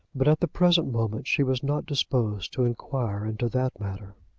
but at the present moment she was not disposed to inquire into that matter.